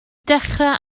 dechrau